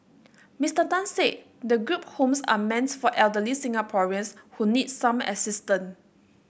Mister Tan said the group homes are meant for elderly Singaporeans who need some assistance